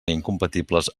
incompatibles